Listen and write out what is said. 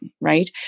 right